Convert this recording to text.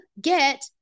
get